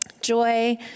Joy